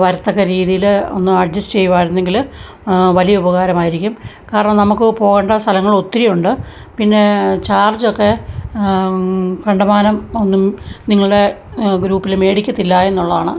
വരത്തക്ക രീതിയിൽ ഒന്ന് അഡ്ജസ് ചെയ്യുമായിരുന്നെങ്കിൽ വലിയ ഉപകാരമായിരിക്കും കാരണം നമുക്ക് പോകണ്ട സ്ഥലങ്ങൾ ഒത്തിരി ഉണ്ട് പിന്നേ ചാർജൊക്കെ കണ്ടമാനം ഒന്നും നിങ്ങളെ ഗ്രൂപ്പിൽ മേടിക്കത്തില്ല എന്നുള്ളതാണ്